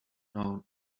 known